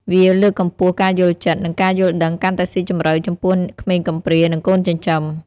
វាលើកកម្ពស់ការយល់ចិត្ត និងការយល់ដឹងកាន់តែស៊ីជម្រៅចំពោះក្មេងកំព្រា និងកូនចិញ្ចឹម។